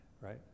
right